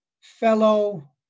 fellow